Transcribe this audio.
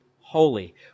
holy